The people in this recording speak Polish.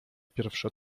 pierwsza